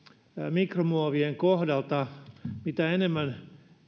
mikromuovien kohdalla mitä enemmän